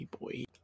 boy